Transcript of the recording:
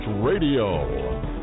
Radio